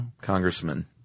Congressman